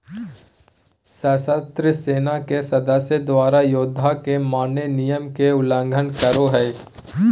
सशस्त्र सेना के सदस्य द्वारा, युद्ध के मान्य नियम के उल्लंघन करो हइ